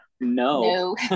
no